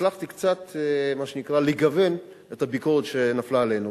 קצת לגוון את הביקורת שנפלה עלינו.